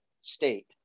state